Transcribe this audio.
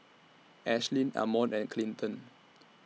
Ashlynn Ammon and Clinton